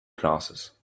glasses